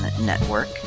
network